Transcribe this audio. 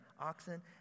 oxen